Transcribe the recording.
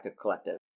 Collective